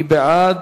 מי בעד?